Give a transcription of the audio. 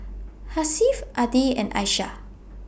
Hasif Adi and Aishah